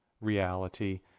reality